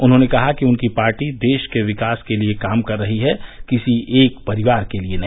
उन्हॉने कहा कि उनकी पार्टी देश के विकास के लिए काम कर रही है किसी एक परिवार के लिए नहीं